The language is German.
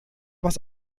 was